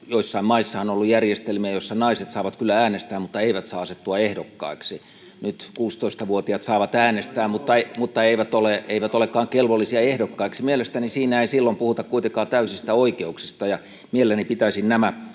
Joissain maissa on ollut järjestelmä, jossa naiset saavat kyllä äänestää mutta eivät saa asettua ehdokkaiksi. Nyt 16-vuotiaat saavat äänestää [Eero Heinäluoman välihuuto] mutta eivät olekaan kelvollisia ehdokkaiksi. Mielestäni siinä ei silloin puhuta kuitenkaan täysistä oikeuksista. Ja mielelläni pitäisin nämä